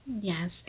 yes